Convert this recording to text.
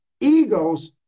egos